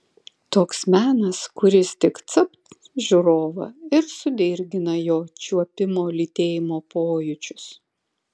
toks menas kuris tik capt žiūrovą ir sudirgina jo čiuopimo lytėjimo pojūčius